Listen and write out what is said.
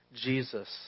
Jesus